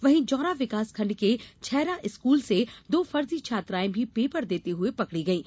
वहीं जौरा विकास खण्ड के छेरा स्कूल से दो फर्जी छात्राएं भी पेपर देते हुये पकड़ी गई हैं